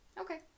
Okay